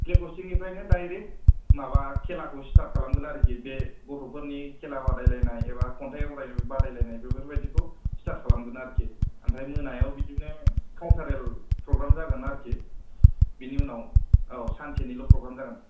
flag हस्टिंनिफ्रायनो direct माबा खेलाखौ स्टार्ट खालामगोन आरोखि बे गथ'फोरनि खेला बादायलायनाय एबा खन्थाइ आवरायनाय बादायलायनाय बेफोरबादिखौ स्टार्ट खालामगोन आरोखि ओमफ्राय मोनायाव बिदिनो कालचारेल प्रग्राम जागोन आरोखि बिनि उनाव औ सानसेनिल' प्रग्राम जागोन